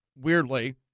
Weirdly